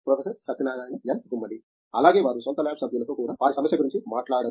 professor Satyanarayana N Gummadi అలాగే వారు సొంత ల్యాబ్ సభ్యలతో కూడా వారి సమస్య గురించి మాట్లాడరు